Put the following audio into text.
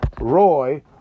Roy